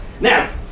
Now